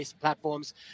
platforms